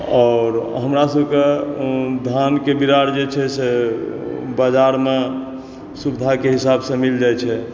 आओर हमरा सबके धान के बीया आर जे छै से बजारमे सुविधाके हिसाब से मिल जाय छै